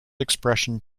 expression